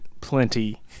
plenty